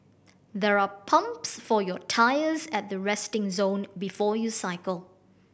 there are pumps for your tyres at the resting zone before you cycle